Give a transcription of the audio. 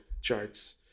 charts